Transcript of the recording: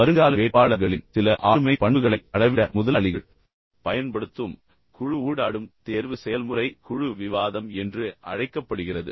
வருங்கால வேட்பாளர்களின் சில ஆளுமைப் பண்புகளை அளவிட முதலாளிகள் பயன்படுத்தும் குழு ஊடாடும் தேர்வு செயல்முறை குழு விவாதம் என்று அழைக்கப்படுகிறது